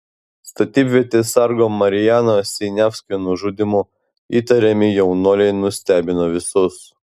statybvietės sargo marijano siniavskio nužudymu įtariami jaunuoliai nustebino visus